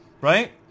right